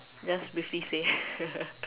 just briefly say